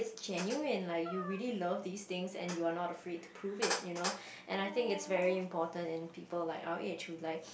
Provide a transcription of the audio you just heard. genuine like you really love these things and you are not afraid to prove it you know and I think it's very important in people like our age who like